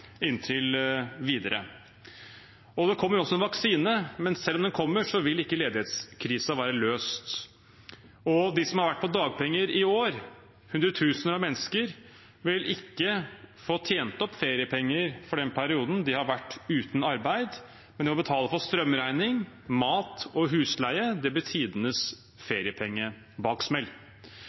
inntil videre. Det kommer også en vaksine, men selv om den kommer, vil ikke ledighetskrisen være løst. De som har vært på dagpenger i år – hundretusener av mennesker – vil ikke få tjent opp feriepenger for den perioden de har vært uten arbeid. Men det å betale for strømregning, mat og husleie blir tidenes feriepengebaksmell. Jeg synes det